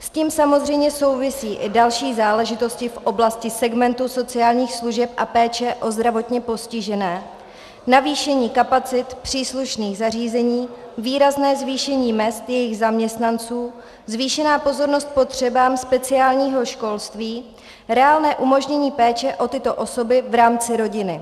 S tím samozřejmě souvisí i další záležitosti v oblasti segmentu sociálních služeb a péče o zdravotně postižené, zvýšení kapacit příslušných zařízení, výrazné zvýšení mezd jejich zaměstnanců, zvýšená pozornost potřebám speciálního školství, reálné umožnění péče o tyto osoby v rámci rodiny.